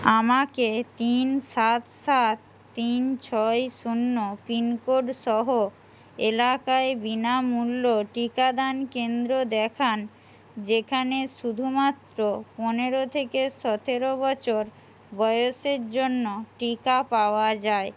আমাকে তিন সাত সাত তিন ছয় শূন্য পিন কোড সহ এলাকায় বিনামূল্য টিকাদান কেন্দ্র দেখান যেখানে শুধুমাত্র পনেরো থেকে সতেরো বছর বয়সের জন্য টিকা পাওয়া যায়